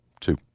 two